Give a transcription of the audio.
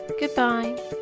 Goodbye